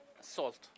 salt